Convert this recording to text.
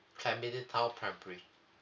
clementi town primary